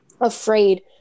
afraid